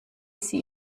sie